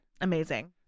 Amazing